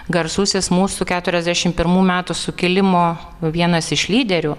garsusis mūsų keturiasdešimt pirmų metų sukilimo vienas iš lyderių